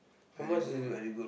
how much is it